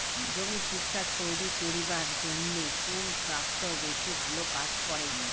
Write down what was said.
জমি ঠিকঠাক তৈরি করিবার জইন্যে কুন ট্রাক্টর বেশি ভালো কাজ করে?